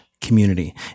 community